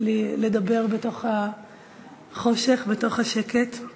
לדבר בתוך החושך, בתוך השקט.